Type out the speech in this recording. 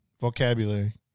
vocabulary